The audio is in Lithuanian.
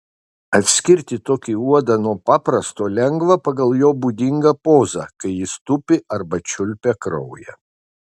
atskirti tokį uodą nuo paprasto lengva pagal jo būdingą pozą kai jis tupi arba čiulpia kraują